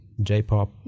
j-pop